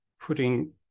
putting